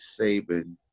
Saban